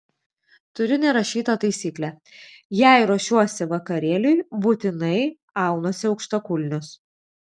turiu nerašytą taisyklę jei ruošiuosi vakarėliui būtinai aunuosi aukštakulnius